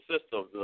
systems